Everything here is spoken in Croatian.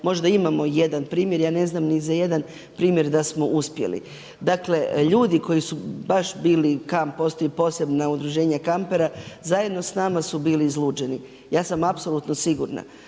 možda imamo jedan primjer, ja ne znam ni za jedan primjer da smo uspjeli, dakle ljudi koji su baš bili, kamp postoji posebna udruženja kampera zajedno s nama su bili izluđeni. Ja sam apsolutno sigurna